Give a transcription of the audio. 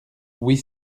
huit